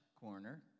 corner